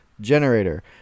generator